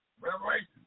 Revelation